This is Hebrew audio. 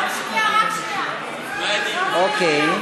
רק שנייה, רק שנייה, אדוני,